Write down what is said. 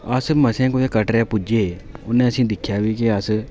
अस मसै कुदै कटरै पुज्जे उ'नें असें ई दिक्खेआ बी कि अस